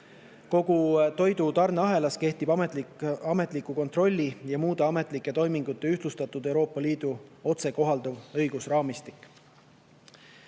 Kogu toidutarne ahelas kehtib ametliku kontrolli ja muude ametlike toimingute ühtlustatud Euroopa Liidu otsekohalduv õigusraamistik.